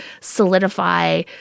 solidify